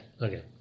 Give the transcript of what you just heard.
Okay